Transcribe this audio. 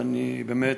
ואני באמת,